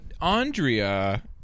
andrea